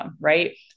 right